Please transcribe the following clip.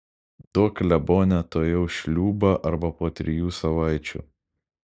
duok klebone tuojau šliūbą arba po trijų savaičių